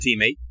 teammate